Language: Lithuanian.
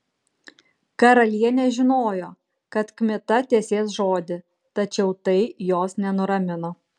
karalienė žinojo kad kmita tesės žodį tačiau tai jos nenuramino